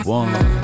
one